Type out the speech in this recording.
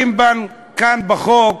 אותך.